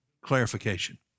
clarification